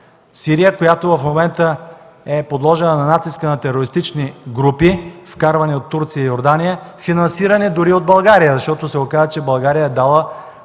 Сирия, която в момента е подложена на натиска на терористични групи, вкарвани от Турция и Йордания, финансирани дори от България, защото се оказа, че България е дала